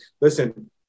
listen